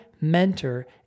mentor